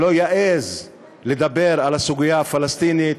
שלא יעז לדבר על הסוגיה הפלסטינית,